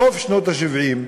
סוף שנות ה-70,